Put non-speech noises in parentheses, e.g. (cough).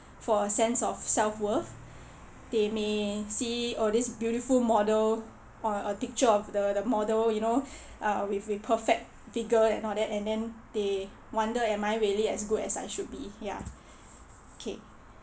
for a sense of self worth they may see oh this beautiful model or a picture of the the model you know (breath) uh with with perfect figure and all that and then they wonder am I really as good as I should be ya (breath) okay